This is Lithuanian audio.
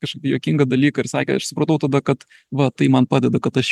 kažkokį juokingą dalyką ir sakė aš supratau tada kad va tai man padeda kad aš